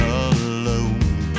alone